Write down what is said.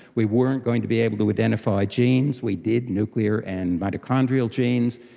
we weren't going to be able to identify genes, we did nuclear and mitochondrial genes.